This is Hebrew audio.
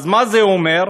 אז מה זה אומר?